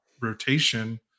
rotation